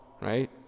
right